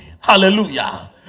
Hallelujah